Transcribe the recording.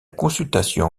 consultation